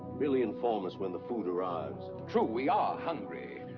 merely inform us when the food arrives. true, we are hungry.